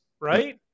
Right